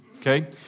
okay